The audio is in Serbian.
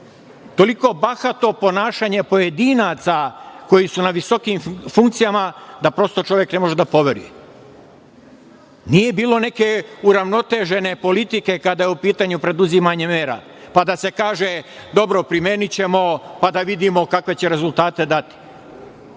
toliko bahato ponašanje pojedinaca koji su na visokim funkcijama, da prosto čovek ne može da poveruje. Nije bilo neke uravnotežene politike kada je u pitanju preduzimanje mera, pa da se kaže – dobro, primenićemo pa da vidimo kakve će rezultate dati. Mi